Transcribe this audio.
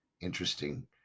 Interesting